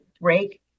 break